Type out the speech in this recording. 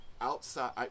outside